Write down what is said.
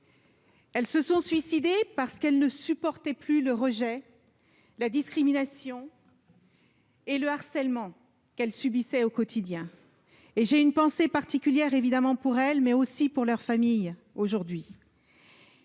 Elles se sont suicidées parce qu'elles ne supportaient plus le rejet, la discrimination et le harcèlement qu'elles subissaient au quotidien. Aujourd'hui, j'ai une pensée particulière pour elles et pour leur famille.